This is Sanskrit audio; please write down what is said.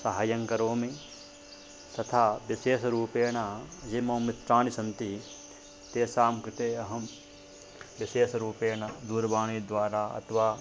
सहाय्यं करोमि तथा विशेषरूपेण ये मम मित्राणि सन्ति तेषां कृते अहं विशेषरूपेण दूरवाणीद्वारा अथवा